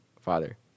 Father